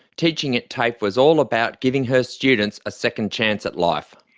teaching at tafe was all about giving her students a second chance at life.